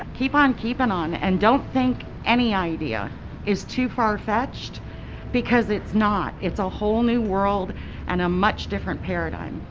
keep on keeping on and don't think any idea is too far-fetched because it's not it's a whole new world and a much different paradigm.